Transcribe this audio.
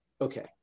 Okay